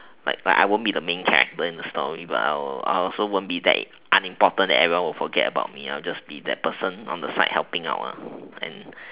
like like I won't be the main character in the story but I will I also won't be that unimportant that everyone will forget about me I will just be that person on the side helping out and